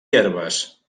herbes